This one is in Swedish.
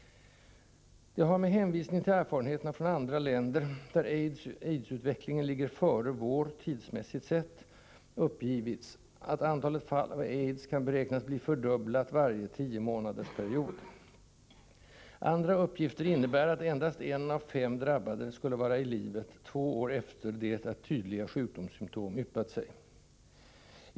Det har — med hänvisning till erfarenheterna från andra länder, där AIDS-utvecklingen ligger före vår tidsmässigt sett — uppgivits att antalet fall av AIDS kan beräknas bli fördubblat varje tiomånadersperiod. Andra uppgifter anger att endast en av fem drabbade skulle vara i livet två år efter det att tydliga sjukdomsymtom yppat sig.